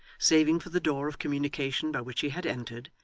saving for the door of communication by which he had entered,